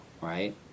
right